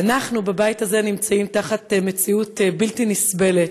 ואנחנו בבית הזה נמצאים תחת מציאות בלתי נסבלת,